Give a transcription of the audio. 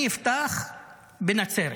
אני אפתח בנצרת,